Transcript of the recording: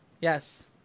Yes